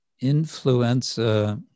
influenza